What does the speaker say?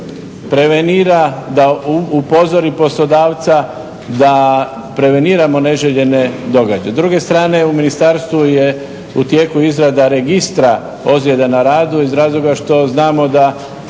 prevenira da upozori poslodavca da preveniramo neželjene događaje. S druge strane u ministarstvu je u tijeku izrada registra ozljeda na radu iz razloga što znamo da